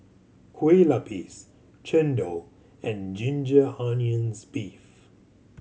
Kueh Lapis chendol and ginger onions beef